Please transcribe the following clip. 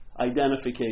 identification